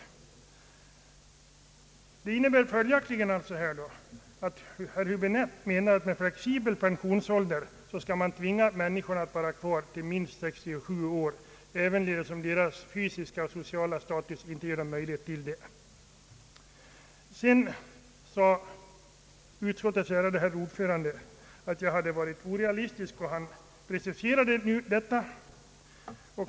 Herr Höäbinette menar följaktligen att man genom en flexibel pensionsålder skall tvinga folk att vara kvar i arbetet till 67 års ålder, även om deras fysiska och sociala status inte ger dem möjlighet härtill. Utskottets ordförande sade att jag hade varit orealistisk.